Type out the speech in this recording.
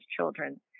children